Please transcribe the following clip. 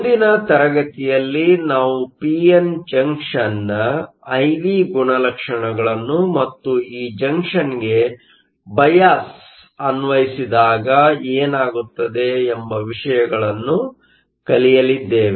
ಮುಂದಿನ ತರಗತಿಯಲ್ಲಿ ನಾವು ಪಿ ಎನ್ ಜಂಕ್ಷನ್ನ ಐ ವಿ ಗುಣಲಕ್ಷಣಗಳನ್ನು ಮತ್ತು ಈ ಜಂಕ್ಷನ್ಗೆ ಬಯಾಸ್ ಅನ್ವಯಿಸಿದಾಗ ಏನಾಗುತ್ತದೆ ಎಂಬುವ ವಿಷಯಗಳನ್ನು ಕಲಿಯಲಿದ್ದೇವೆ